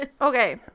Okay